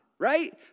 right